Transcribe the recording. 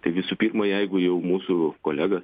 tai visų pirma jeigu jau mūsų kolega